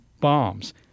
bombs